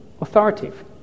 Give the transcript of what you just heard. authoritative